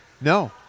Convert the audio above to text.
No